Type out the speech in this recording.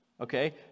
Okay